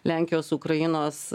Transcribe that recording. lenkijos ukrainos